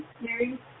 Mary